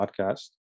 podcast